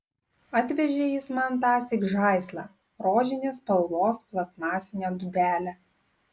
atvežė jis man tąsyk žaislą rožinės spalvos plastmasinę dūdelę